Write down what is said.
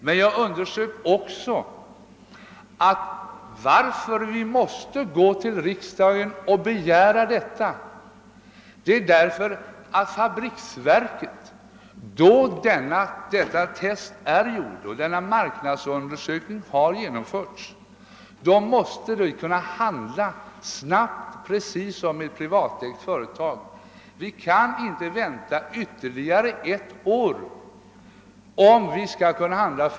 Men jag har också understrukit att anledningen till att vi måste gå till riksdagen och begära pengar, är att fabriksverket, då testen är gjord och denna marknadsundersökning har genomförts, måste kunna handla snabbt precis som ett privatägt företag. Vi kan inte vänta ytterligare ett år.